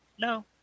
no